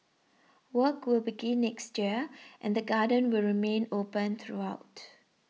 work will begin next year and the garden will remain open throughout